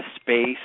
space